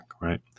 right